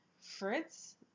Fritz